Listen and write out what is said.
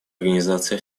организация